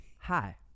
Hi